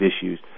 issues